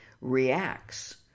reacts